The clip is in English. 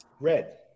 Red